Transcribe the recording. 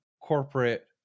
corporate